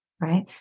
right